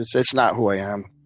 it's it's not who i am.